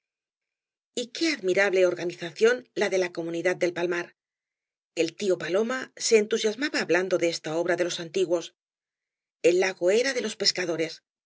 ly qué admirable organización la de la comunidad del palmar el tío paloma se entusiasmaba hablando de esta obra de los antiguos el lago era de les pescadores todo